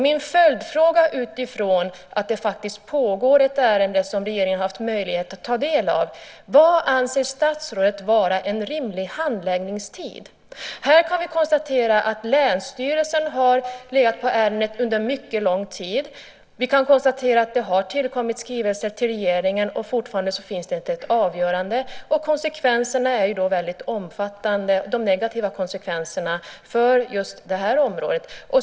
Min följdfråga utifrån att det faktiskt pågår ett ärende som regeringen har haft möjlighet att ta del av: Vad anser statsrådet vara en rimlig handläggningstid? Här kan vi konstatera att länsstyrelsen har legat på ärendet under mycket lång tid. Vi kan konstatera att det har tillkommit skrivelser till regeringen, och fortfarande finns det inte ett avgörande. De negativa konsekvenserna är väldigt omfattande för just det här området.